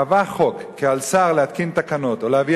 "קבע חוק כי על שר להתקין תקנות או להביא